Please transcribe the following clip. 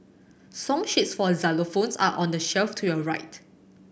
song sheets for xylophones are on the shelf to your right